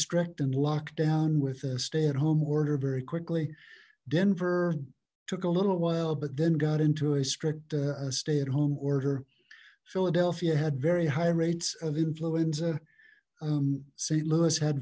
strict and locked down with a stay at home order very quickly denver took a little while but then got into a strict stay at home order philadelphia had very high rates of influenza saint louis had